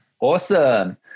Awesome